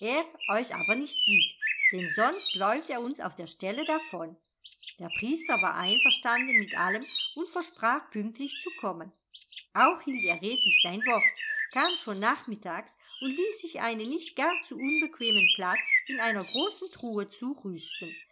euch aber nicht sieht denn sonst läuft er uns auf der stelle davon der priester war einverstanden mit allem und versprach pünktlich zu kommen auch hielt er redlich sein wort kam schon nachmittags und ließ sich einen nicht gar zu unbequemen platz in einer großen truhe zurüsten